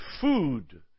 food